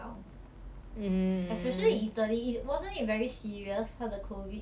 ya then after that 就 okay liao I think they contain it liao or something I don't know